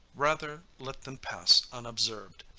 rather let them pass unobserved.